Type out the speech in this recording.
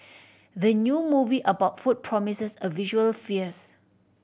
the new movie about food promises a visual fierce